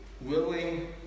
willing